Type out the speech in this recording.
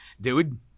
Dude